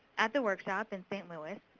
at the workshop in st. louis,